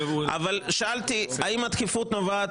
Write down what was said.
שאלתי האם הדחיפות נובעת,